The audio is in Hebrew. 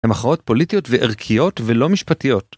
המחאות פוליטיות וערכיות ולא משפטיות.